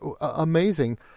amazing